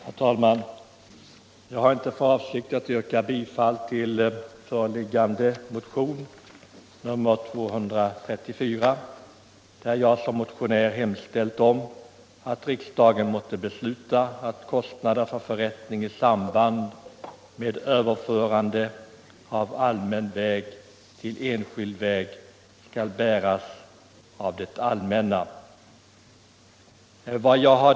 Herr talman! Jag har inte för avsikt att yrka bifall till föreliggande motion, nr 234, i vilken jag hemställt att riksdagen måtte besluta att kostnader för förrättning i samband med överförande av allmän väg till enskild skall bäras av det allmänna.